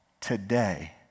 today